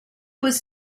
was